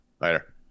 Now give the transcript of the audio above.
later